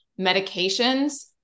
medications